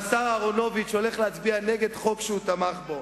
והשר אהרונוביץ הולך להצביע נגד חוק שהוא תמך בו,